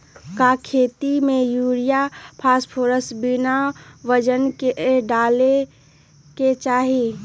का खेती में यूरिया फास्फोरस बिना वजन के न डाले के चाहि?